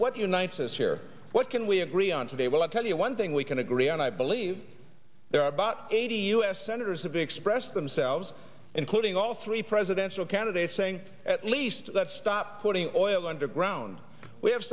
what unites us here what can we agree on today will i tell you one thing we can agree on i believe there are but eighty u s senators have expressed themselves including all three presidential candidates saying at least let's stop putting oil underground we have